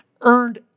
earned